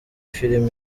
film